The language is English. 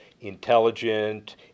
intelligent